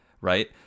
right